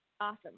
Awesome